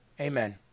Amen